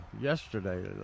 yesterday